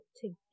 together